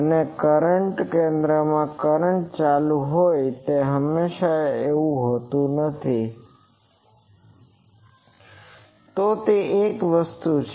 અને કરંટ કેન્દ્રમાંથી કરંટ ચાલુ હોય તેવું હંમેશાં હોતું નથી છે તો તે એક વસ્તુ છે